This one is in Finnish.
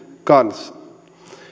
kanssa